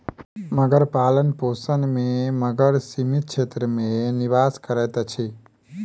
मगर पालनपोषण में मगर सीमित क्षेत्र में निवास करैत अछि